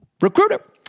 Recruiter